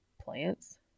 Plants